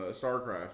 Starcraft